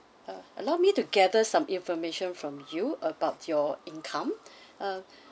uh allow me to gather some information from you about your income um